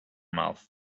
mouth